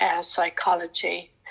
psychology